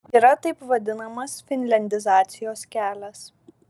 yra taip vadinamas finliandizacijos kelias